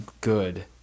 good